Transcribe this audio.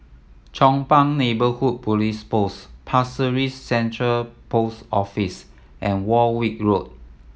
Chong Pang Neighbourhood Police Post Pasir Ris Central Post Office and Warwick Road